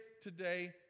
today